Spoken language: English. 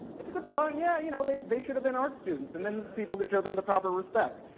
it's a good drawing, yeah you know they they should have been art students, and then people could show them the proper respect.